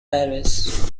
paris